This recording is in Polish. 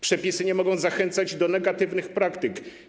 Przepisy nie mogą zachęcać do negatywnych praktyk.